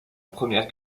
première